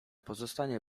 pozostanie